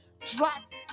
trust